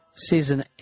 Season